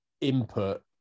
input